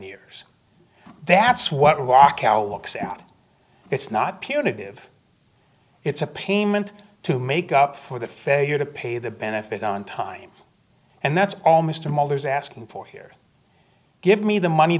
years that's what walk out looks out it's not punitive it's a payment to make up for the failure to pay the benefit on time and that's almost a mother is asking for here give me the money